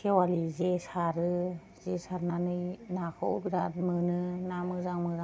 खेवालि जे सारो जे सारनानै नाखौ बिरात मोनो ना मोजां मोजां मोनो